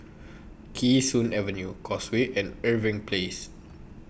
Kee Sun Avenue Causeway and Irving Place